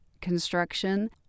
construction